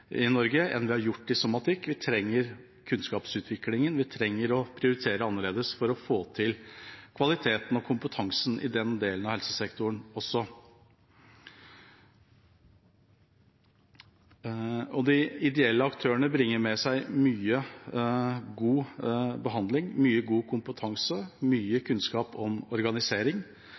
i Norge enn vi har gjort i somatikken. Vi trenger kunnskapsutviklingen, vi trenger å prioritere annerledes for å få til kvaliteten og kompetansen i den delen av helsesektoren også. De ideelle aktørene bringer med seg mye god behandling, mye god kompetanse og mye kunnskap om organisering.